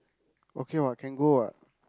okay what can go what